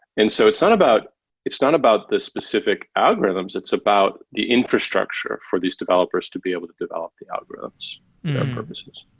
and so it's not about it's not about the specific algorithms. it's about the infrastructure for these developers to be able to develop the algorithms and their purposes.